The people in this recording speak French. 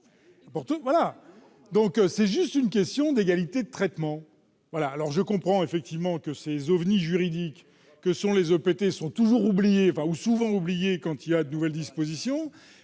C'est juste une question d'égalité de traitement. Je comprends que ces ovnis juridiques que sont les EPT soient souvent oubliés quand il y a de nouvelles dispositions,